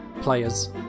players